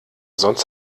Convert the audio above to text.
sonst